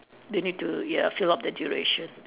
they need to ya fill up the duration